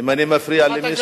אם אני מפריע למישהו,